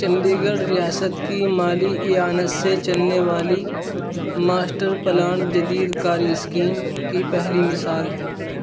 چندی گڑھ ریاست کی مالی اعانت سے چلنے والی ماسٹر پلان جدید کاری اسکیم کی پہلی مثال ہے